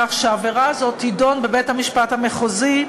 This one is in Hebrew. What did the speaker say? כך שהעבירה הזאת תידון בבית-המשפט המחוזי,